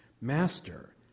Master